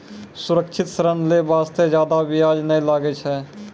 सुरक्षित ऋण लै बास्ते जादा बियाज नै लागै छै